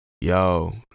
Yo